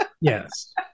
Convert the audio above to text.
Yes